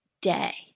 day